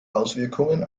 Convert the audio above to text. auswirkungen